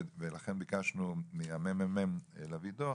ולכן ביקשנו מהממ"מ להביא דו"ח,